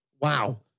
Wow